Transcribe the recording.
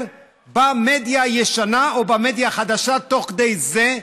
במדיה הישנה או במדיה החדשה תוך כדי זה,